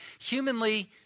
Humanly